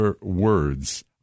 words